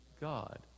God